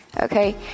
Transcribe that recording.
Okay